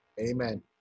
Amen